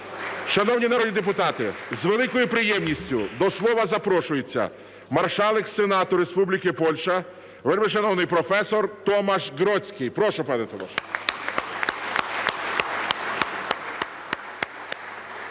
Шановні народні депутати, з великою приємністю до слова запрошується Маршалок Сенату Республіки Польща, вельмишановний професор Томаш Гродзький. Прошу, пане Томаш.